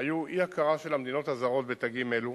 היו אי-הכרה של המדינות הזרות בתגים אלו,